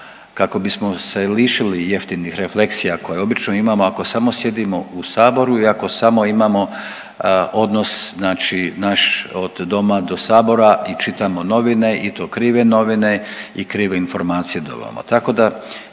kako bismo se lišili jeftinih refleksija koje obično imamo ako samo sjedimo u Saboru i ako samo imamo odnos znači naš od doma do Sabora i čitamo novine i to krive novine i krive informacije dobivamo. Tako da